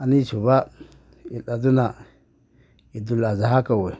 ꯑꯅꯤꯁꯨꯕ ꯏꯠ ꯑꯗꯨꯅ ꯏꯗꯨꯜꯂ ꯑꯖꯥꯍꯥ ꯀꯧꯏ